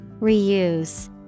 Reuse